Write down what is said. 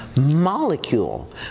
molecule